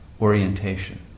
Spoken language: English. orientation